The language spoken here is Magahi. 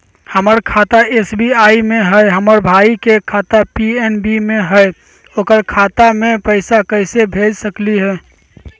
हमर खाता एस.बी.आई में हई, हमर भाई के खाता पी.एन.बी में हई, ओकर खाता में पैसा कैसे भेज सकली हई?